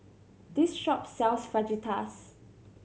this shop sells Fajitas